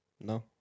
No